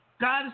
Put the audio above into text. God